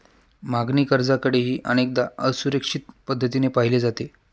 मागणी कर्जाकडेही अनेकदा असुरक्षित पद्धतीने पाहिले जाते